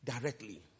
directly